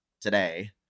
today